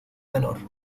menor